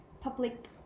public